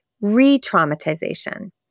re-traumatization